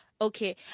okay